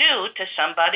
due to somebody